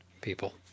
people